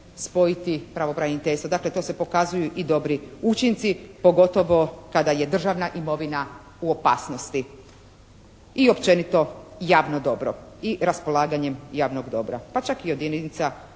spojiti pravobraniteljstva. Dakle, to se pokazuju i dobri učinci, pogotovo kada je državna imovina u opasnosti i općenito javno dobro i raspolaganjem javnog dobra pa čak i od jedinica